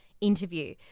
interview